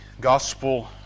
gospel